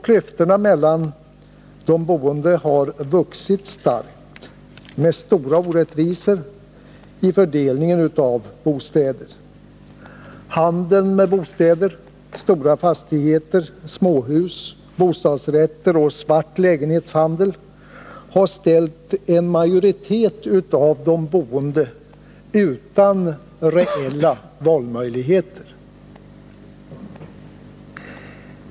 Klyftorna mellan de boende har vuxit starkt med stora orättvisor i fördelningen av bostäder. Handeln med bostäder —stora fastigheter, småhus, bostadsrätter och svart lägenhetshandel — har ställt en majoritet av de boende utan reella valmöjligheter.